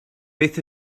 beth